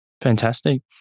Fantastic